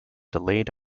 delayed